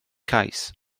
cais